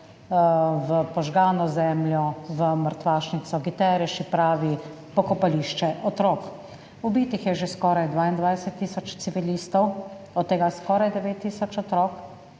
v požgano zemljo, v mrtvašnico, Guterres ji pravi pokopališče otrok. Ubitih je že skoraj 22 tisoč civilistov, od tega skoraj 9 tisoč otrok,